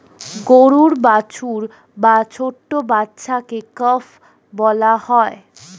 গরুর বাছুর বা ছোট্ট বাচ্ছাকে কাফ বলা হয়